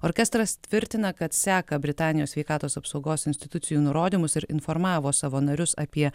orkestras tvirtina kad seka britanijos sveikatos apsaugos institucijų nurodymus ir informavo savo narius apie